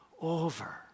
over